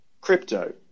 crypto